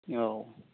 औ